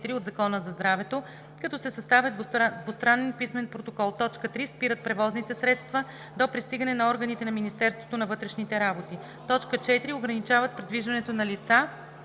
от Закона за здравето, като се съставя двустранен писмен протокол; 3. спират превозни средства до пристигане на органите на Министерството на вътрешните работи; 4. ограничават придвижването на лица